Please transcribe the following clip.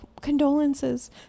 condolences